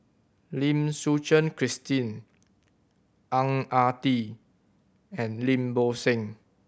Lim Suchen Christine Ang Ah Tee and Lim Bo Seng